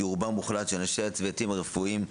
רובם המוחלט של אנשי הצוותים הרפואיים,